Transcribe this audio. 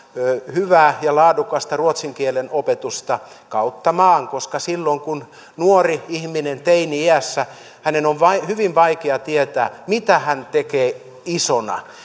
hyvää ja laadukasta ruotsin kielen opetusta kautta maan koska silloin kun on nuori ihminen teini iässä on hyvin vaikea tietää mitä tekee isona